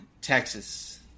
Texas